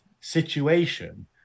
situation